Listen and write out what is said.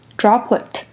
droplet